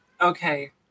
Okay